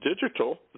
digital